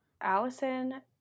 Allison